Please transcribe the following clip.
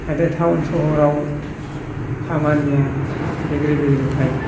नाथाय टाउन सहराव खामानिया एग्रे बेग्रेखाय